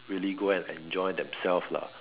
really go and enjoy themselves lah